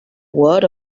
word